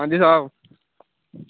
अंजी साह्ब